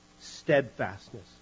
steadfastness